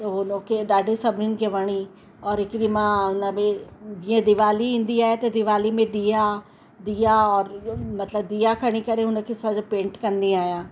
उहो उन खे ॾाढी सभिनीनि खे वणी और हिकिड़ी मां हुन बि जीअं दिवाली ईंदी आहे त दिवाली में ॾिया दिया और मतिलबु दिया खणी करे हुन खे सॼो पेंट कंदी आहियां